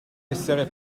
essere